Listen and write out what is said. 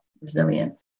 resilience